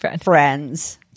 friends